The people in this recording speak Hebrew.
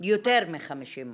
יותר מ-50%.